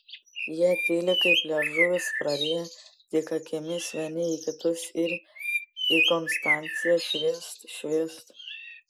jie tyli kaip liežuvius prariję tik akimis vieni į kitus ir į konstanciją švyst švyst